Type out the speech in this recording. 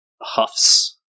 huffs